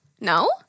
No